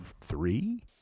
three